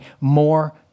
more